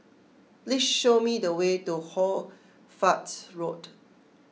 please show me the way to Hoy Fatt Road